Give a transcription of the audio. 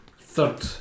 third